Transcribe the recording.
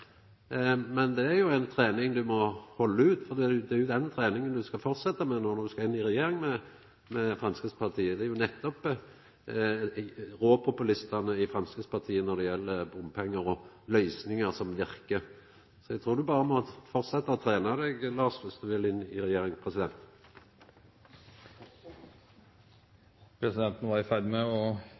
Men dette er jo ei trening du må halda ut, for det er jo den treninga du skal fortsetja med når du skal inn i regjering med Framstegspartiet. Det er jo nettopp å rå populistane i Framstegspartiet når det gjeld bompengar og løysingar, som verkar. Så eg trur du berre må fortsetja å trena deg, Lars, viss du vil inn i regjering! Presidenten var i ferd med å